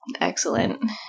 excellent